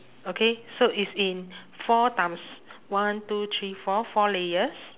okay so it's in four times one two three four four layers